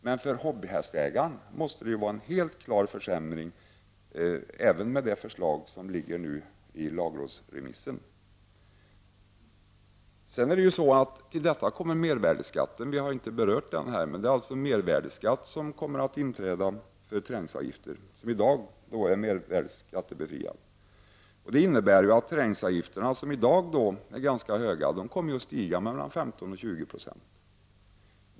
Men för hobbyhästägaren kommer det helt klart att bli en försämring även med det förslag som nu finns i lagrådsremissen. Till detta kommer mervärdeskatten. Vi har inte berört den här. Mervärdeskatt kommer att tas ut på träningsavgifter, vilka i dag är mervärdeskatte befriade. Det innebär att träningsavgifterna, som i dag är ganska höga, kommer att stiga med 15—20 20.